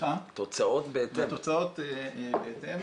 והתוצאות בהתאם.